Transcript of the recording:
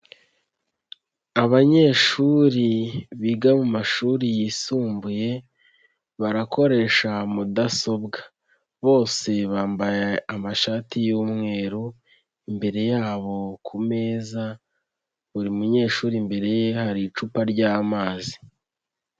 Abanyeshuri biga mu mashuri yisumbuye barakoresha mudasobwa bose bambaye amashati y'umweru imbere yabo ku meza buri munyeshuri imbere ye hari icupa ry'amazi.